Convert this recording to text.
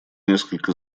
несколько